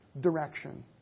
direction